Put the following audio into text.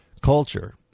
culture